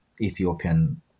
Ethiopian